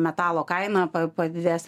metalo kaina padidės